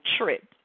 trip